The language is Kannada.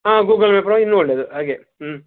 ಹಾಂ ಗೂಗಲ್ ಮ್ಯಾಪ್ ಒಳಗೆ ಇನ್ನು ಒಳ್ಳೆದು ಹಾಗೆ ಹ್ಞೂ